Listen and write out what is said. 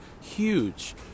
Huge